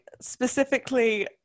Specifically